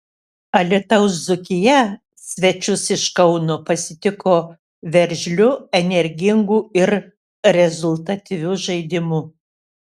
alytaus dzūkija svečius iš kauno pasitiko veržliu energingu ir rezultatyviu žaidimu